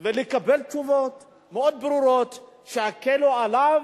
ולקבל תשובות מאוד ברורות, שיקלו עליו,